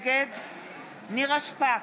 נגד נירה שפק,